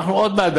עוד מעט,